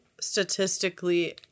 statistically